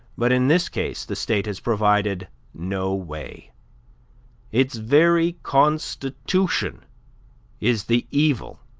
but in this case the state has provided no way its very constitution is the evil.